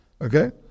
Okay